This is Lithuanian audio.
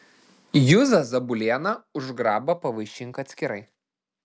juzą zabulėną už grabą pavaišink atskirai